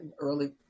early